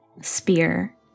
spear